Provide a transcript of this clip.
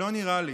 לא נראה לי.